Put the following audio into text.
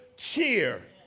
Cheer